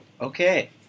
Okay